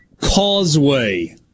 Causeway